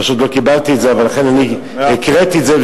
פשוט לא קיבלתי את זה, ולכן אני הקראתי את זה.